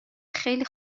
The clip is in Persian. خیلی